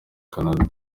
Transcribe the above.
canada